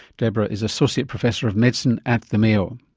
deborah is associate professor of medicine at the mayo.